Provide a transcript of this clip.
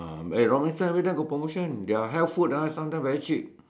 ah eh Robinson every time got promotion their health food ah sometime very cheap